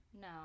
No